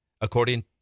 according